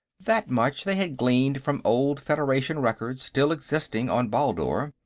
that much they had gleaned from old federation records still existing on baldur.